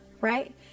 right